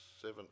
seven